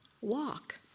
Walk